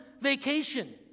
vacation